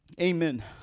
Amen